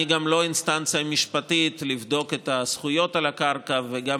אני גם לא אינסטנציה משפטית לבדוק את הזכויות על הקרקע וגם